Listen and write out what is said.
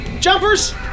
Jumpers